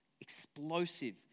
explosive